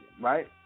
Right